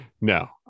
No